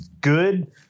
good